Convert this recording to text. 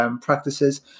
practices